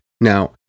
Now